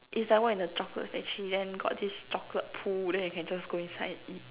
is like work in a chocolate factory then got this chocolate pool then you can just go inside and eat